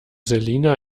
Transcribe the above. selina